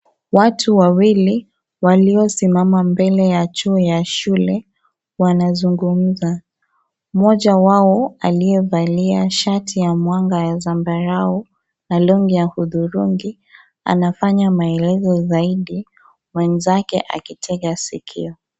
Watu wawili waliosimama mbele ya choo ya shule wanazungumza , mmoja wao aliyevalia shati ya mwanga ya zambarau na longi ya hudhurungi anafanya maelezo zaidi mwenzake akitega sikio.